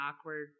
awkward